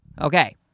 Okay